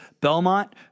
Belmont